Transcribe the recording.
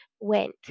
went